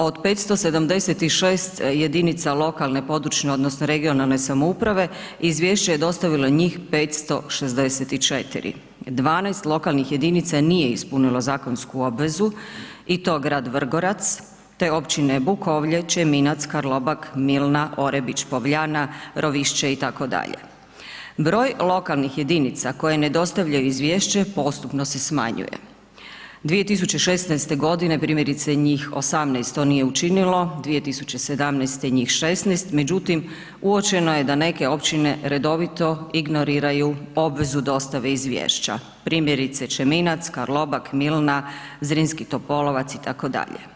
Od 576 jedinica lokalne područne odnosno regionalne samouprave, izvješće je dostavilo njih 564, 12 lokalnih jedinica nije ispunilo zakonsku obvezu i to grad Vrgorac, te općine Bukovlje, Čeminac, Karlobag, Milna, Orebić, Povljana, Rovišće itd., broj lokalnih jedinica koje ne dostavljaju izvješće postupno se smanjuje, 2016.g. primjerice njih 18 to nije učinilo, 2017. njih 16, međutim, uočeno je da neke općine redovito ignoriraju obvezu dostave izvješća, primjerice Čeminac, Karlobag, Milna, Zrinski Topolovac itd.